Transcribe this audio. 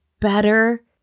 better